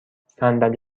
صندلی